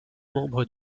membre